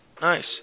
Nice